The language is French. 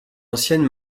ancienne